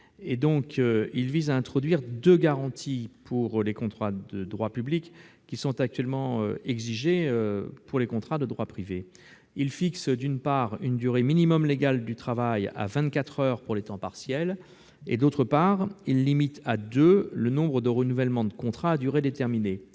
Il vise à introduire deux garanties pour les contrats de droit public qui sont actuellement exigées pour les contrats de droit privé : d'une part, il fixe une durée minimum légale de travail à vingt-quatre heures pour les temps partiels ; d'autre part, il limite à deux le nombre de renouvellements de contrats à durée déterminée.